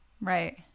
right